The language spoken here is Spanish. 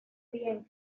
bien